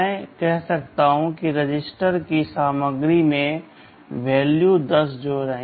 मैं कह सकता हूं कि एक रजिस्टर की सामग्री में मान 10 जोड़ें